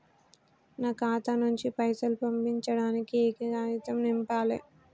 నా ఖాతా నుంచి పైసలు పంపించడానికి ఏ కాగితం నింపాలే?